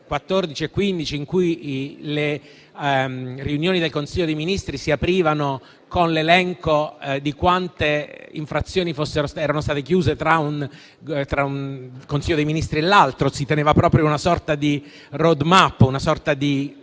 2014 e 2015 in cui le riunioni del Consiglio dei ministri si aprivano con l'elenco di quante infrazioni erano state chiuse tra un Consiglio dei ministri e l'altro; si teneva proprio una sorta di *roadmap*, di conteggio